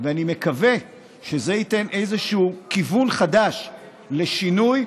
אני מקווה שזה ייתן איזשהו כיוון חדש לשינוי,